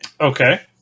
Okay